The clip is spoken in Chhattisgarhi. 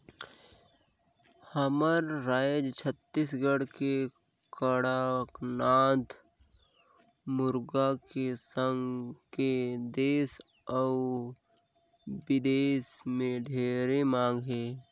हमर रायज छत्तीसगढ़ के कड़कनाथ मुरगा के मांस के देस अउ बिदेस में ढेरे मांग हे